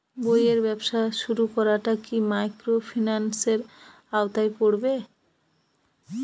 বইয়ের ব্যবসা শুরু করাটা কি মাইক্রোফিন্যান্সের আওতায় পড়বে?